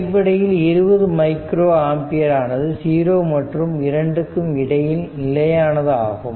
அடிப்படையில் 20 microampere ஆனது 0 மற்றும் 2 க்கு இடையில் நிலையானது ஆகும்